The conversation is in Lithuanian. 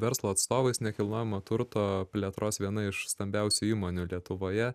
verslo atstovais nekilnojamo turto plėtros viena iš stambiausių įmonių lietuvoje